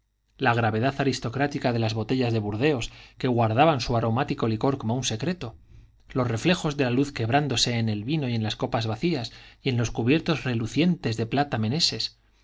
la gravedad aristocrática de las botellas de burdeos que guardaban su aromático licor como un secreto los reflejos de la luz quebrándose en el vino y en las copas vacías y en los cubiertos relucientes de plata meneses